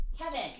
Kevin